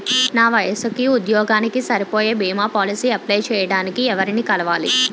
నా వయసుకి, ఉద్యోగానికి సరిపోయే భీమా పోలసీ అప్లయ్ చేయటానికి ఎవరిని కలవాలి?